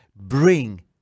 bring